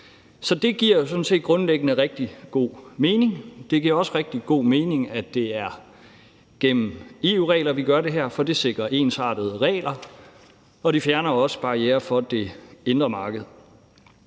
sådan set grundlæggende rigtig god mening, og det giver også rigtig god mening, at det er gennem EU-regler, vi gør det her, for det sikrer ensartede regler og fjerner barrierer for det indre marked.